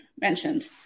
mentioned